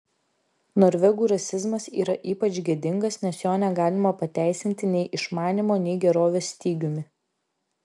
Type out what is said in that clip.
norvegų rasizmas yra ypač gėdingas nes jo negalima pateisinti nei išmanymo nei gerovės stygiumi